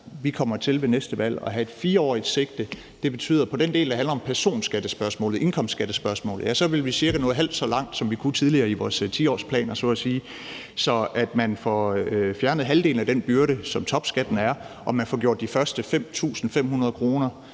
at vi ved næste valg kommer til at have et 4-årigt sigte. Og det betyder, at på den del, der handler om personskattespørgsmålet, indkomstskattespørgsmålet, vil vi cirka kunne nå halvt så langt, som vi kunne tidligere i vores 10-årsplaner så at sige. Så det er, at man får fjernet halvdelen af den byrde, som topskatten er, og at man får gjort de første 5.500 kr.,